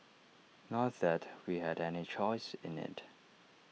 not that we had any choice in IT